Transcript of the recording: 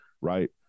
right